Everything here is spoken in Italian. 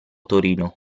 torino